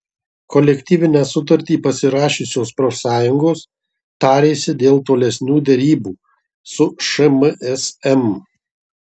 kolektyvinę sutartį pasirašiusios profsąjungos tarėsi dėl tolesnių derybų su šmsm